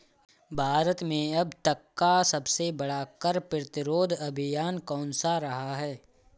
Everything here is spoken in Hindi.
भारत में अब तक का सबसे बड़ा कर प्रतिरोध अभियान कौनसा रहा है?